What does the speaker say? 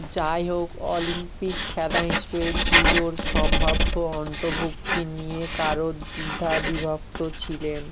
যাই হোক অলিম্পিক খেলা হিসেবে জুডোর সম্ভাব্য অন্তর্ভুক্তি নিয়ে কারো দ্বিধাবিভক্ত ছিলেন